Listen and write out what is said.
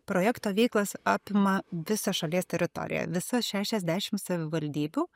projekto veiklos apima visą šalies teritoriją visos šešiasdešimt savivaldybių